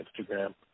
Instagram